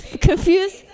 confused